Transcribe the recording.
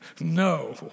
no